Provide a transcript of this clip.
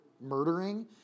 murdering